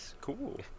Cool